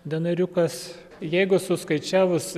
denariukas jeigu suskaičiavus